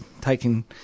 taking